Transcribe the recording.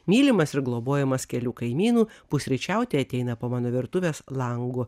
mylimas ir globojamas kelių kaimynų pusryčiauti ateina po mano virtuvės langu